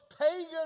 pagan